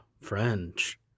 French